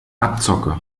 abzocke